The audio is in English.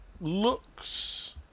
looks